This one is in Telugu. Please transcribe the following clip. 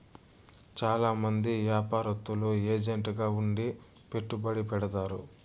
చాలా మంది యాపారత్తులు ఏజెంట్ గా ఉండి పెట్టుబడి పెడతారు